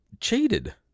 cheated